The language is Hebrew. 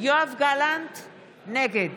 אבי דיכטר, נגד